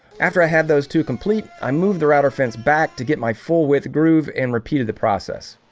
after i had those two complete i moved the router fence back to get my full width groove and repeated the process